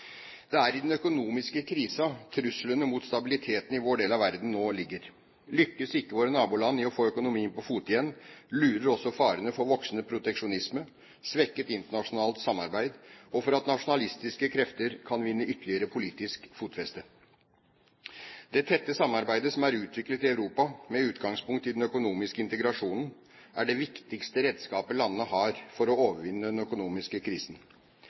Det er i den økonomiske krisen truslene mot stabiliteten i vår del av verden nå ligger. Lykkes ikke våre naboland i å få økonomien på fote igjen, lurer også farene for voksende proteksjonisme, svekket internasjonalt samarbeid, og for at nasjonalistiske krefter kan vinne ytterligere politisk fotfeste. Det tette samarbeidet som er utviklet i Europa med utgangspunkt i den økonomiske integrasjonen, er det viktigste redskapet landene har for å overvinne den økonomiske krisen.